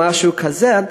או משהו כזה,